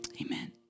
Amen